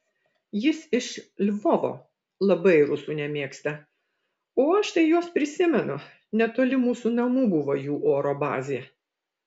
jis iš lvovo labai rusų nemėgsta o aš tai juos prisimenu netoli mūsų namų buvo jų oro bazė